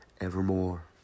evermore